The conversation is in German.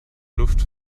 luft